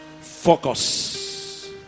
Focus